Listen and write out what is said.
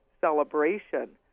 celebration